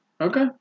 Okay